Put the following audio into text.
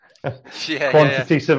quantity